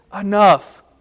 enough